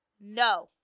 No